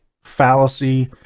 fallacy